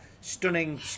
stunning